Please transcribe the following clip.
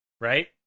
Right